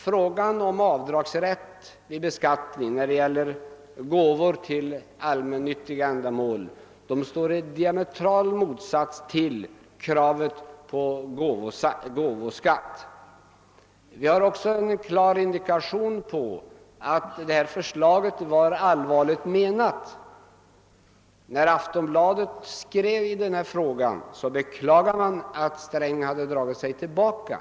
Frågan om avdragsrätt vid beskattningen för gåvor till allmännyttiga ändamål står i diametral motsats till kravet på gåvoskatt. En klar indikation på att detta förslag var allvarligt menat är att Aftonbladet när det kommenterade frågan beklagade att herr Sträng hade dragit sig tillbaka.